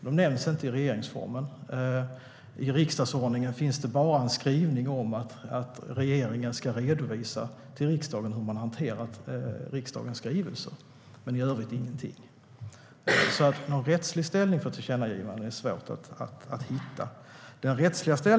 De nämns inte i regeringsformen, och i riksdagsordningen finns det bara en skrivning om att regeringen ska redovisa till riksdagen hur den har hanterat riksdagens skrivelser. I övrigt finns det ingenting. Någon rättslig ställning för tillkännagivanden är alltså svår att hitta.